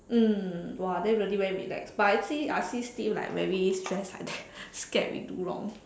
mm !wah! then really very relaxed but I see I see still like very stressed like that scared we do wrong